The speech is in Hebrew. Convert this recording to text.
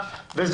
מי נגד?